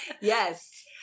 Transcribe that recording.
Yes